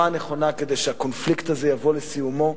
הנכונה כדי שהקונפליקט הזה יבוא לסיומו,